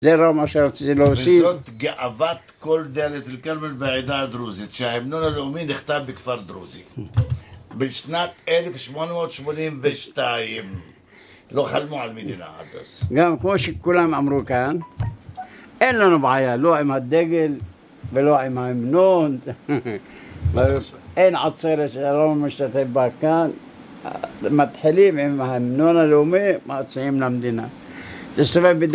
זה רוב מה שרציתי להוסיף וזאת גאוות כל דאלית אלכרמל והעדה הדרוזית שההמנון הלאומי נכתב בכפר דרוזי. בשנת 1882. לא חלמו על מדינה עד אז גם כמו שכולם אמרו כאן אין לנו בעיה לא עם הדגל ולא עם ההמנון. אין עצרת שהרוב(?) משתתף בה כאן מתחילים עם ההמנון הלאומי, מצדיעים למדינה